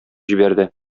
җибәрде